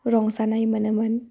रंजानाय मोनोमोन